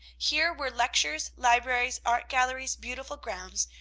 here were lectures, libraries, art galleries, beautiful grounds,